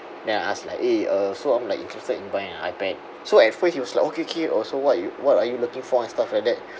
then I ask like eh uh so I'm like interested in buying an ipad so at first he was like okay okay uh so what you what are you looking for and stuff like that